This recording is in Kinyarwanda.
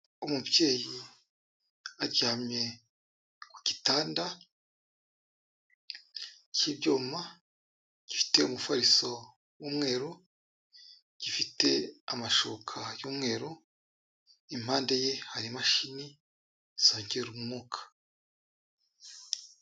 Umubyeyi aryamye ku gitanda cy'ibyuma, gifite umufariso w'umweru, gifite amashuka y'umweru, impande ye hari imashini zongera umwuka.